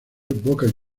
boca